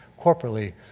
corporately